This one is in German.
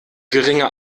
geringe